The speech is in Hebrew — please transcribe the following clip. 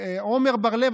עמר בר לב,